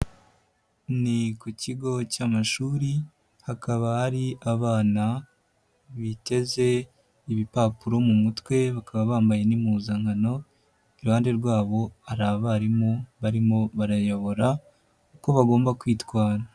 Ni ku kigo cy'amashuri, hakaba hari abana biteze ibipapuro mu mutwe bakaba bambaye n'impuzankano, iruhande rwabo hari abarimu barimo barayobora uko bagomba kwitwara.